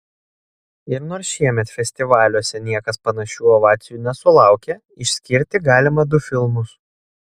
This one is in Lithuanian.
ir nors šiemet festivaliuose niekas panašių ovacijų nesulaukė išskirti galima du filmus